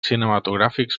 cinematogràfics